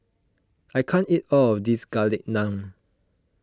I can't eat all of this Garlic Naan